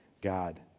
God